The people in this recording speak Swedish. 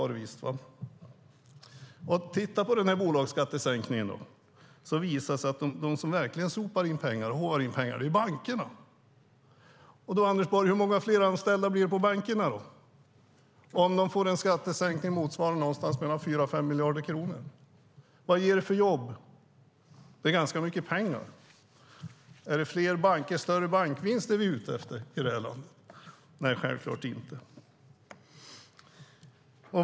Tittar man på den här bolagsskattesänkningen ser man att de som verkligen håvar in pengar är bankerna. Då undrar jag, Anders Borg: Hur många fler anställda blir det på bankerna om de får en skattesänkning på någonstans mellan 4 och 5 miljarder kronor? Vad ger det för jobb? Det är ganska mycket pengar. Är det fler banker och större bankvinster vi är ute efter i det här landet? Nej, självklart inte.